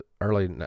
early